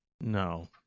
No